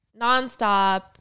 nonstop